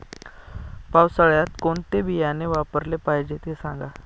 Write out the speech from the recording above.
पावसाळ्यात कोणते बियाणे वापरले पाहिजे ते सांगा